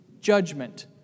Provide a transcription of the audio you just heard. judgment